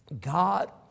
God